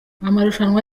amarushanwa